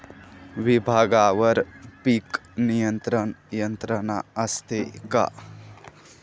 विभागवार पीक नियंत्रण यंत्रणा असते का?